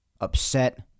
upset